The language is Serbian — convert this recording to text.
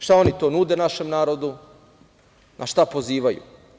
Šta oni to nude našem narodu, na šta pozivaju?